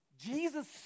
Jesus